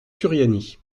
furiani